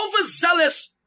overzealous